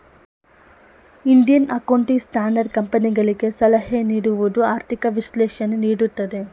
Indian accounting standard ಕಂಪನಿಗಳಿಗೆ ಸಲಹೆ ನೀಡುವುದು, ಆರ್ಥಿಕ ವಿಶ್ಲೇಷಣೆ ನೀಡುತ್ತದೆ